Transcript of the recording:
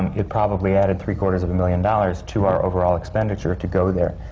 it probably added three quarters of a million dollars to our overall expenditure to go there.